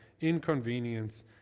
inconvenience